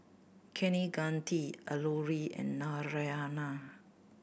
Kaneganti Alluri and Naraina